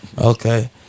Okay